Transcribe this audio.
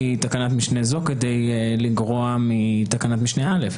תקנת משנה זו כדי לגרוע מתקנת משנה (א).